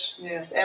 Yes